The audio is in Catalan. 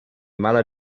mala